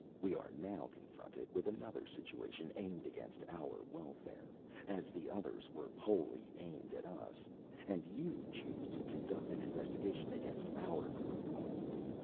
we are now confronted with another situation aimed against our welfare as the others were wholly aimed at us and you choose to conduct an investigation against our group only.